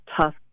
tough